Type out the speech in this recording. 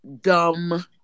dumb